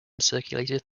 circulated